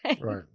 Right